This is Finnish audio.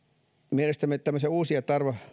mielestämme tämmöisiä uusia